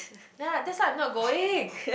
yea that's why I'm not going